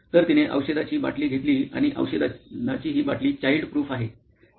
तर तिने औषधाची बाटली घेतली आणि औषधाची ही बाटली चाईल्ड प्रूफ आहे